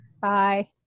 Bye